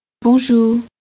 Bonjour